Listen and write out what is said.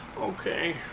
okay